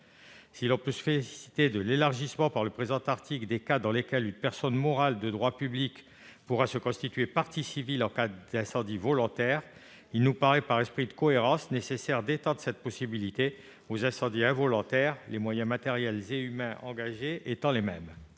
Si l'on peut se féliciter de l'élargissement par le présent article des cas dans lesquels une personne morale de droit public pourra se constituer partie civile en cas d'incendie volontaire, il nous paraît nécessaire, par esprit de cohérence, d'étendre cette possibilité aux incendies involontaires, car les moyens matériels et humains engagés sont identiques.